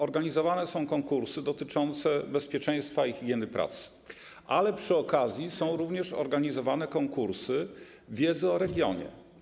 Organizowane są konkursy dotyczące bezpieczeństwa i higieny pracy, ale przy okazji są organizowane konkursy wiedzy o regionie.